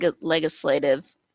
Legislative